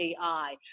AI